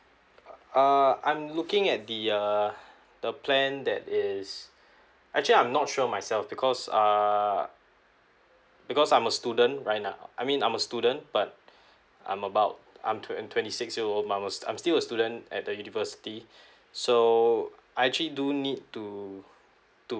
uh uh I'm looking at the err the plan that is actually I'm not sure myself because err because I'm a student right now I mean I'm a student but I'm about I'm twen~ twenty six year old I'm still a student at the university so I actually do need to to